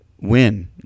win